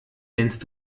nennst